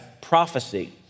prophecy